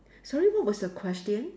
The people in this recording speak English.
sorry what was the question